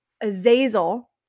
Azazel